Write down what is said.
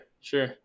sure